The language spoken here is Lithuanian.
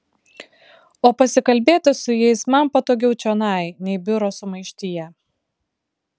o pasikalbėti su jais man patogiau čionai nei biuro sumaištyje